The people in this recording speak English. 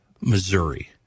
Missouri